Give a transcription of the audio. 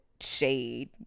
shade